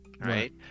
right